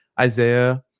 isaiah